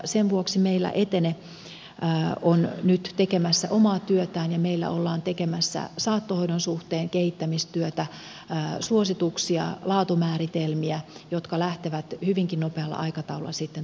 sen vuoksi meillä etene on nyt tekemässä omaa työtään ja meillä ollaan tekemässä saattohoidon suhteen kehittämistyötä suosituksia laatumääritelmiä jotka lähtevät hyvinkin nopealla aikataululla tuonne kuntiin